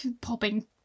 popping